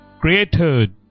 created